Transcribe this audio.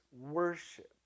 worship